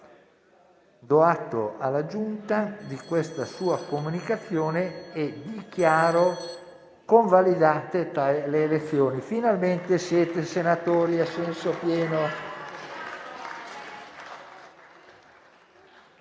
Do atto alla Giunta di questa sua comunicazione e dichiaro convalidate le elezioni. Finalmente siete senatori in senso pieno.